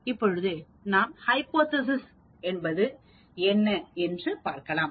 இப்பொழுது நாம் ஹைபோதேசிஸ் என்பது என்ன என்று பார்க்கலாம்